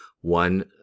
one